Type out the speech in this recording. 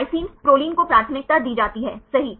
lysine proline को प्राथमिकता दी जाती है सही